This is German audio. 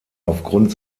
aufgrund